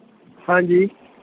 ਹਾਂਜੀ